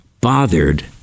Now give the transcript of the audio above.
bothered